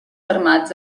armats